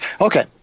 okay